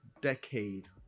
decade